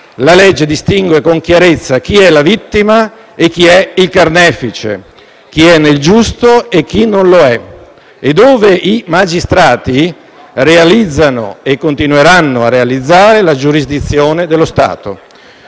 la legge distingue con chiarezza chi è la vittima e chi è il carnefice, chi è nel giusto e chi non lo è e dove i magistrati realizzano e continueranno a realizzare la giurisdizione dello Stato,